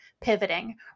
pivoting